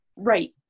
Right